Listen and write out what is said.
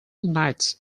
nights